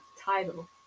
title